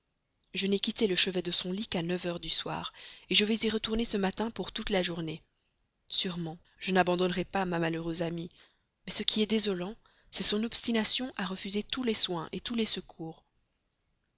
je n'ai quitté le chevet de son lit qu'à neuf heures du soir je vais y retourner ce matin pour toute la journée sûrement je n'abandonnerai pas ma malheureuse amie mais ce qui est désolant c'est son obstination à refuser tous les soins tous les secours